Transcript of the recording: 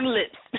lips